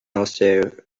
also